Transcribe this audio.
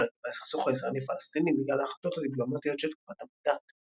לגבי הסכסוך הישראלי-פלסטיני בגלל ההחלטות הדיפלומטיות של תקופת המנדט.